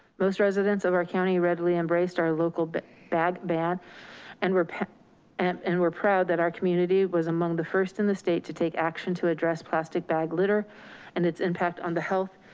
most residents of our county readily embraced our local but bag ban and we're and and we're proud that our community was among the first in the state to take action to address plastic bag litter and its impact on the health,